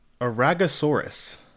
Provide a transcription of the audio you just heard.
Aragosaurus